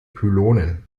pylonen